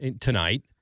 tonight